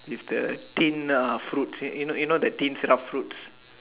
with the tint of fruit you know you know the tint syrup fruits